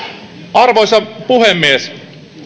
arvoisa puhemies